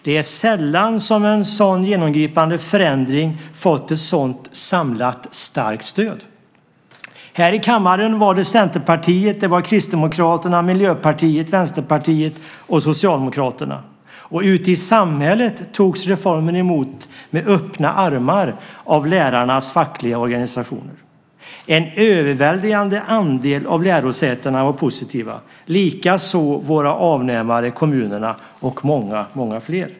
Det är sällan som en så genomgripande förändring fått ett så samlat starkt stöd. Här i kammaren var det Centerpartiet, Kristdemokraterna, Miljöpartiet, Vänsterpartiet och Socialdemokraterna. Ute i samhället togs reformen emot med öppna armar av lärarnas fackliga organisationer. En överväldigande andel av lärosätena var positiva, likaså våra avnämare kommunerna och många fler.